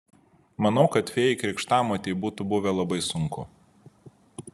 manau kad fėjai krikštamotei būtų buvę labai sunku